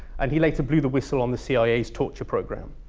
and he later blew the whistle on the cia's torture program.